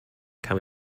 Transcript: come